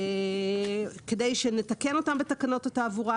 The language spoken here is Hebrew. כדי שנתקן אותם בתקנות התעבורה.